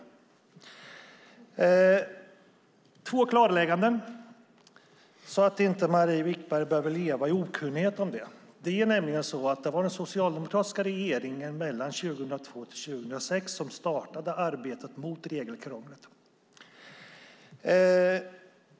Jag har två klarlägganden så att inte Marie Wickberg behöver leva i okunnighet. Det var den socialdemokratiska regeringen som mellan 2002 och 2006 startade arbetet mot regelkrånglet.